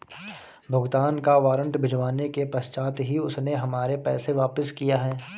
भुगतान का वारंट भिजवाने के पश्चात ही उसने हमारे पैसे वापिस किया हैं